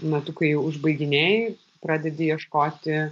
metu kai jau užbaiginėji pradedi ieškoti